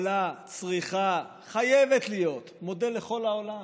יכולה, צריכה, חייבת, להיות מודל לכל העולם.